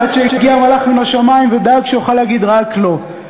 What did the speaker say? עד שהגיע מלאך מן השמים ודאג שהוא יוכל להגיד רק "לא".